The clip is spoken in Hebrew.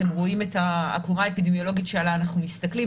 אתם רואים את העקומה האפידמיולוגית שעליה אנחנו מסתכלים,